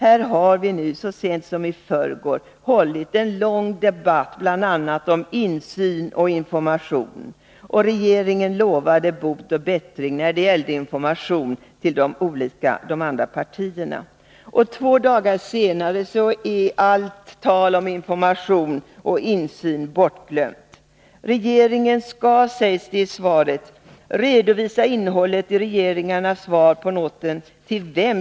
Här har vi nu så sent som i förrgår hållit en lång debatt bl.a. om insyn och information, och regeringen lovade bot och bättring när det gällde information till de andra partierna. Två dagar senare är allt tal om information och insyn bortglömt. Regeringen skall, sägs det i svaret, redovisa innehållet i regeringarnas svar på noten — för vem?